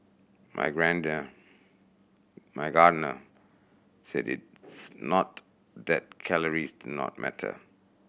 my my Gardner said it's not that calories do not matter